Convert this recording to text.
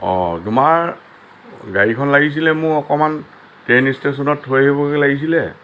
অঁ তোমাৰ গাড়ীখন লাগিছিলে মোক অকণমান ট্ৰেইন ষ্টেচনত থৈ আহিবগৈ লাগিছিলে